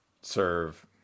serve